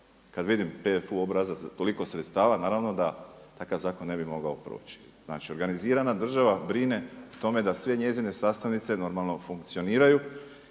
kada vidim PFU obrazac, toliko sredstava naravno da takav zakon ne bi mogao proći. Znači organizirana država brine o tome da sve njezine sastavnice normalno funkcioniraju